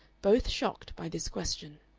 both shocked by this question.